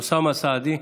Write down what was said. אוסאמה סעדי,